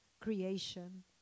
creation